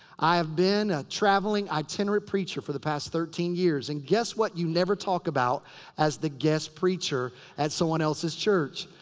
i have been a traveling itinerant preacher for the past thirteen years. and guess what you never talk about as the guest preacher at someone else's church.